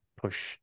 push